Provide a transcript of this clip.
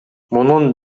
мунун